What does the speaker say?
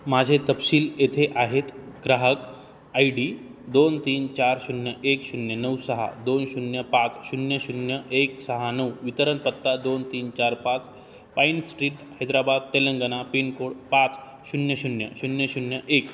माझे तपशील येथे आहेत ग्राहक आय डी दोन तीन चार शून्य एक शून्य नऊ सहा दोन शून्य पाच शून्य शून्य एक सहा नऊ वितरण पत्ता दोन तीन चार पाच Pine Street Hyderabad Telangana pincode पाच शून्य शून्य शून्य शून्य एक